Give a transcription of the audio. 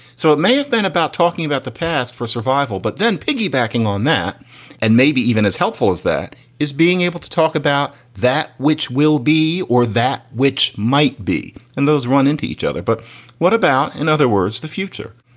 so it may have been about talking about the past for survival, but then piggybacking on that and maybe even as helpful as that is being able to talk about that which will be or that which might be. and those run into each other. but what about, in other words, the future?